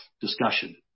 discussion